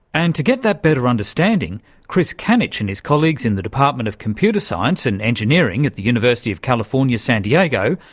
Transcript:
and to get that better understanding chris kanich and his colleagues in the department of computer science and engineering at the university of california, san diego,